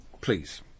Please